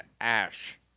Ash